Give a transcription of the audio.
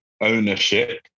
ownership